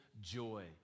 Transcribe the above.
joy